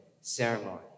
ceremony